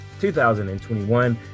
2021